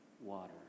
water